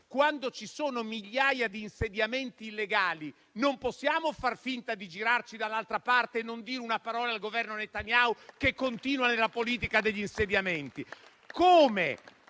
quando ci sono migliaia di insediamenti illegali, non possiamo far finta di girarci dall'altra parte e non dire una parola al Governo Netanyahu che continua nella politica degli insediamenti.